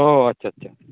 ᱚᱸᱻ ᱟᱪᱷᱟ ᱟᱪᱷᱟ